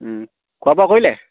খোৱা বোৱা কৰিলে